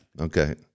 Okay